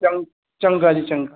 चंग चंगा जी चंगा